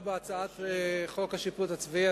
מדובר בהצעת חוק השיפוט הצבאי,